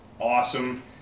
awesome